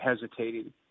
hesitating